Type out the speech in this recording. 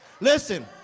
Listen